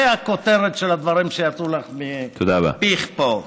זו הכותרת של הדברים שיצאו מפיך פה.